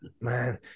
Man